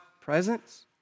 presence